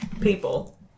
people